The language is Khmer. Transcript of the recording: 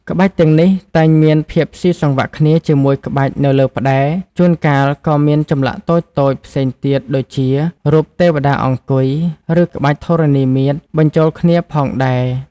ក្បាច់ទាំងនេះតែងមានភាពស៊ីសង្វាក់គ្នាជាមួយក្បាច់នៅលើផ្តែរ ជួនកាលក៏មានចម្លាក់តូចៗផ្សេងទៀតដូចជា រូបទេវតាអង្គុយ ឬក្បាច់ធរណីមាត្របញ្ចូលគ្នាផងដែរ។